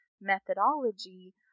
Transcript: methodology